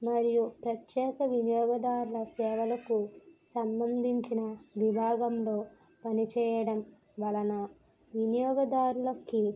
మరియు ప్రత్యేక వినియోగదారుల సేవలకు సంబంధించిన వివాదంలో పనిచేయడం వలన వినియోగదారులకి